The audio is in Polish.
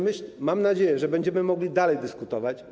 Mam nadzieję, że będziemy mogli dalej dyskutować.